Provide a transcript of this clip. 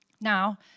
now